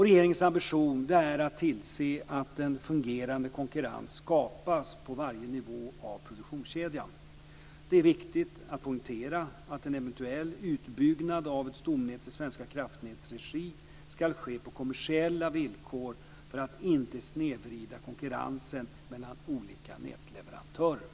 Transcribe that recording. Regeringens ambition är att tillse att en fungerande konkurrens skapas på varje nivå av produktionskedjan. Det är viktigt att poängtera att en eventuell utbyggnad av ett stomnät i Svenska kraftnäts regi ska ske på kommersiella villkor för att inte snedvrida konkurrensen mellan olika nätleverantörer.